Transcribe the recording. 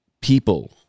people